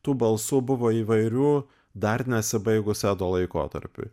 tų balsų buvo įvairių dar nesibaigus edo laikotarpiui